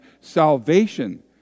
salvation